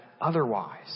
otherwise